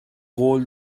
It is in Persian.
قول